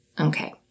Okay